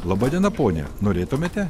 laba diena pone norėtumėte